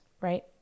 right